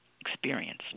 experience